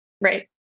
Right